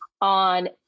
on